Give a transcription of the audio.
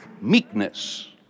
meekness